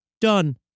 Done